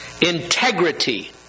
integrity